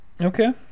Okay